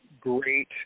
great